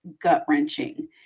gut-wrenching